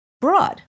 broad